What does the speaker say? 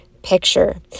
Picture